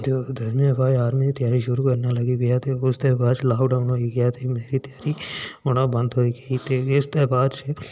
दसमीं दे बाद आर्मी दी शूरू करन लगा ते उसदे बाद फ्ही लाकडाउन शूरु होई गेआ ते फ्ही आर्मी दी त्यारी होना बंद होई गेई ते इसदे बाद